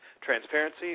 transparency